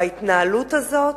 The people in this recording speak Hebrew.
וההתנהלות הזאת,